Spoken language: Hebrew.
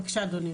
בבקשה אדוני.